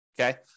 okay